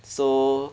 so